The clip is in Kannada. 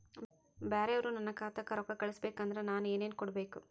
ಬ್ಯಾರೆ ಅವರು ನನ್ನ ಖಾತಾಕ್ಕ ರೊಕ್ಕಾ ಕಳಿಸಬೇಕು ಅಂದ್ರ ನನ್ನ ಏನೇನು ಕೊಡಬೇಕು?